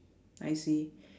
I see